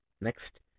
Next